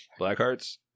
Blackhearts